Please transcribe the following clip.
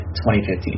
2015